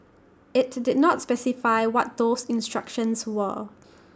IT did not specify what those instructions were